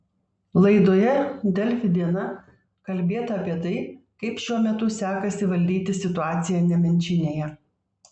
laidoje delfi diena kalbėta apie tai kaip šiuo metu sekasi valdyti situaciją nemenčinėje